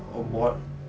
oh board